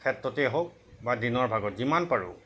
ক্ষেত্ৰতেই হওক বা দিনৰ ভাগত যিমান পাৰোঁ